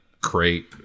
crate